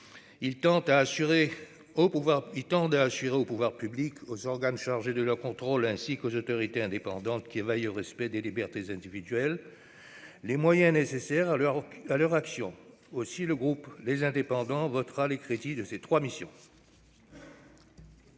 Ils tendent à assurer aux pouvoirs publics, aux organes chargés de leur contrôle, ainsi qu'aux autorités indépendantes qui veillent au respect des libertés individuelles, les moyens nécessaires à leur action. Aussi, le groupe Les Indépendants - République et Territoires votera les crédits de ces trois missions.